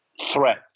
threat